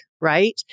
right